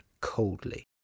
coldly